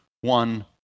one